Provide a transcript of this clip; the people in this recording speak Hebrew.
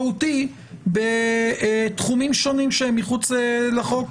פטור מהותי בתחומים שונים שהם מחוץ לחוק.